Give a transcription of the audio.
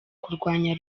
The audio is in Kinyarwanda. kurwanya